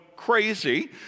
crazy